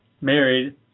married